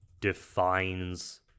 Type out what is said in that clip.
defines